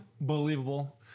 Unbelievable